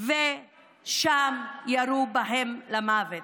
ושם ירו בהם למוות.